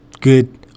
good